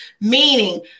Meaning